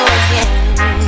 again